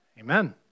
Amen